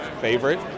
favorite